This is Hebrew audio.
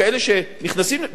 כאלה שנכנסים,